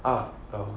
ah err